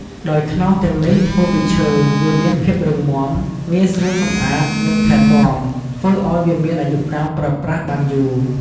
ដោយខ្នោសទាំងនេះធ្វើពីឈើ វាមានភាពរឹងមាំ ងាយស្រួលសម្អាត និងថែទាំ ធ្វើឲ្យវាមានអាយុកាលប្រើប្រាស់បានយូរ។